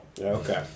okay